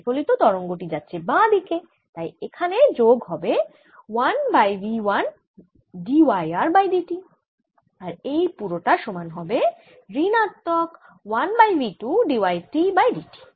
প্রতিফলিত তরঙ্গ টি যাচ্ছে বাঁ দিকে তাই এখানে যোগ হবে 1 by v 1 d y r by d t আর এই পুরোটা সমান হবে ঋণাত্মক1 by v 2 d y t by d t